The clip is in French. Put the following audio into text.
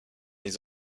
les